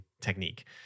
technique